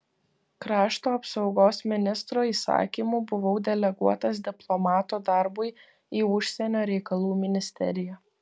krašto apsaugos ministro įsakymu buvau deleguotas diplomato darbui į užsienio reikalų ministeriją